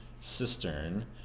cistern